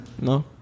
No